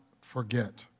forget